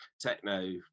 techno